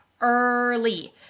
early